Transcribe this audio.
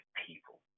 people